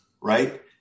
Right